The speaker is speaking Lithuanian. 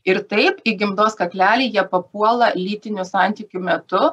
ir taip į gimdos kaklelį jie papuola lytinių santykių metu